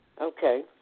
Okay